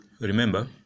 remember